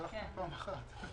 שלחתם פעם אחת.